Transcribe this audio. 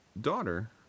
daughter